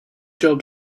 job